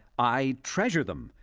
i treasure them.